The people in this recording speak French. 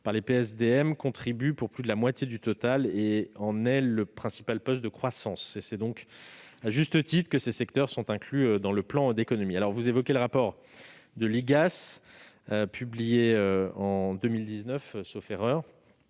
aux PSDM contribue pour plus de la moitié du total et constitue le principal poste de croissance. C'est donc à juste titre que ces secteurs sont inclus dans le plan d'économies. Vous évoquez le rapport que l'IGAS a consacré